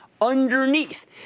underneath